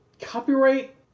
copyright